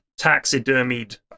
taxidermied